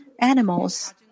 animals